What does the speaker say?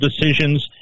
decisions